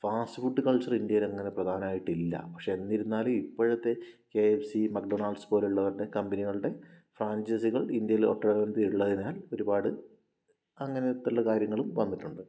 fast food culture ഇന്ത്യയിലങ്ങനെ പ്രധാനമായിട്ടില്ല പക്ഷേ എന്നിരുന്നാലും ഇപ്പോഴത്തെ K F C McDonald's പോലെയുള്ള കമ്പനികളുടെ ഫ്രാഞ്ചൈസികൾ ഇന്ത്യയിൽ ഒട്ടനവധിയുള്ളതിനാൽ ഒരുപാട് അങ്ങനെയുള്ള കാര്യങ്ങളും വന്നിട്ടുണ്ട്